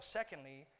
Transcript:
secondly